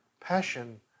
passion